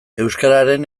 euskararen